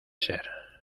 ser